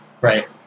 Right